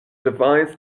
devise